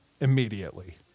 immediately